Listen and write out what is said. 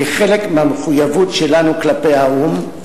כחלק מהמחויבות שלנו כלפי האו"ם,